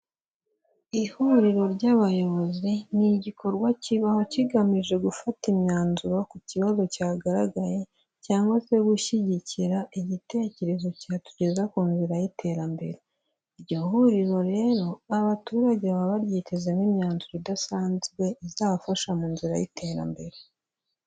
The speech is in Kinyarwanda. Ihuriro ry'abayobozi, ni igikorwa kibaho kigamije gufata imyanzuro ku kibazo cyagaragaye cyangwa se gushyigikira igitekerezo cyatugeza ku nzira y'iterambere, iryo huriro rero abaturage baba baryitezemo imyanzuro idasanzwe izabafasha mu nzira y'iterambere.